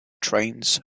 trains